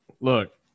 Look